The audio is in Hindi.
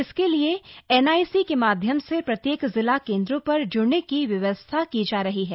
इसके लिए एनआईसी के माध्यम से प्रत्येक जिला केंद्रो पर जुड़ने की व्यवस्था की जा रही है